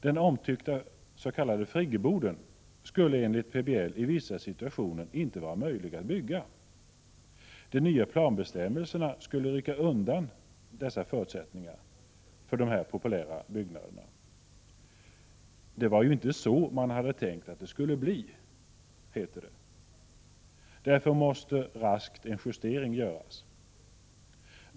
Den omtyckta s.k. friggeboden skulle enligt PBL i vissa situationer inte vara möjlig att bygga. De nya planbestämmelserna skulle nämligen rycka undan förutsättningarna för dessa populära byggnader. Det var inte så man hade tänkt sig att det skulle bli, heter det. En justering måste göras raskt.